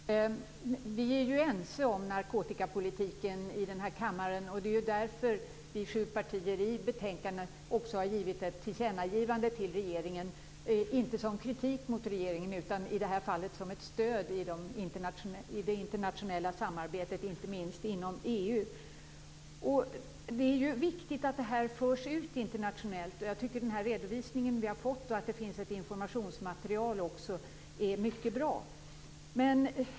Fru talman! Vi är ju ense om narkotikapolitiken i den här kammaren. Det är därför vi sju partier i betänkandet också har gjort ett tillkännagivande till regeringen. Det är inte menat som kritik mot regeringen utan i det här fallet som ett stöd i det internationella samarbetet - inte minst inom EU. Det är viktigt att det här förs ut internationellt. Jag tycker att den redovisning som vi har fått, och att det finns ett informationsmaterial också, är mycket bra.